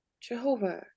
jehovah